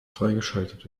freigeschaltet